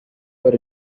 were